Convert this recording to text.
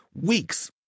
weeks